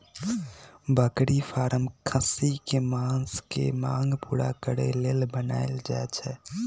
बकरी फारम खस्सी कें मास के मांग पुरा करे लेल बनाएल जाय छै